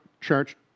Church